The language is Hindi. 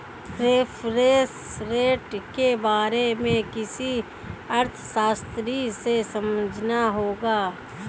रेफरेंस रेट के बारे में किसी अर्थशास्त्री से समझना होगा